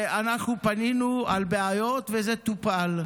אנחנו פנינו לגבי בעיות, וזה טופל.